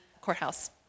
Courthouse